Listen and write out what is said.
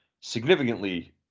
significantly